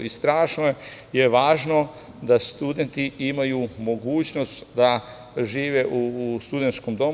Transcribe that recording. Strašno je važno da studenti imaju mogućnost da žive u studentskom domu.